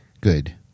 good